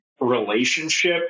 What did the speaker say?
relationship